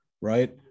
right